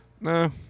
no